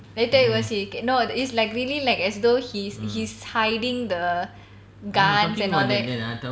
later you will see K no it's like really like as though he he's hiding the guns and all that